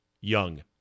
young